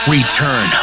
Return